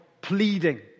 pleading